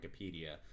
Wikipedia